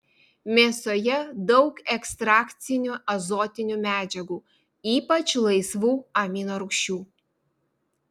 mėsoje daug ekstrakcinių azotinių medžiagų ypač laisvų aminorūgščių